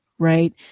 right